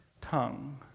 tongue